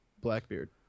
Blackbeard